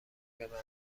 بمردم